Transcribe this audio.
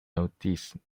noticed